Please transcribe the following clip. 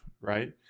right